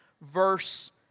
verse